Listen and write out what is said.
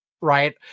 right